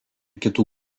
kitų